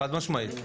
חד-משמעית.